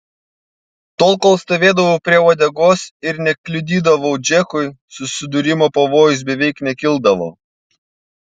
tol kol stovėdavau prie uodegos ir nekliudydavau džekui susidūrimo pavojus beveik nekildavo